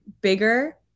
bigger